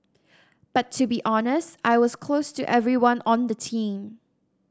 but to be honest I was close to everyone on the team